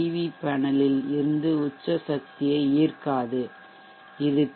we பேனலில் இருந்து உச்ச சக்தியை ஈர்க்காது இது பி